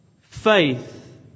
faith